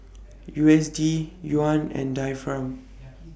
U S D Yuan and Dirham